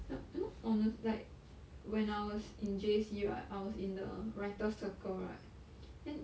ya you know hone~ like when I was in J_C right I was in the writers circle right then